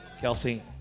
Kelsey